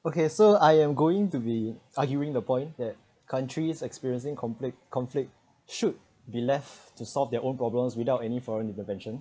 okay so I am going to be arguing the point that countries experiencing conflict conflict should be left to solve their own problems without any foreign intervention